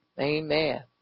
Amen